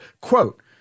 quote